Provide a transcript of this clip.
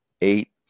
eight